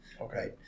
Okay